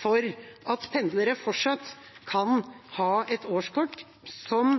for at pendlere fortsatt kan ha et årskort som